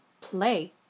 play